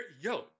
Yo